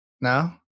No